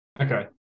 Okay